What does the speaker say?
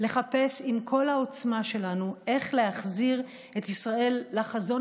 לחפש עם כל העוצמה שלנו איך להחזיר את ישראל לחזון